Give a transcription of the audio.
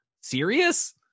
serious